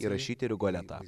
įrašyti rigoletą